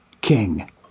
king